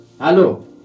Hello